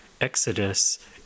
exodus